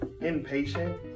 impatient